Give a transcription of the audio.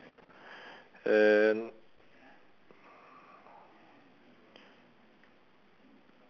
and